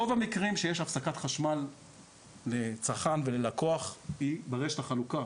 ברוב המקרים כשיש הפסקת חשמל לצרכן וללקוח כבר יש את החלוקה,